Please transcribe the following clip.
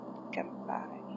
Goodbye